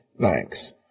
Thanks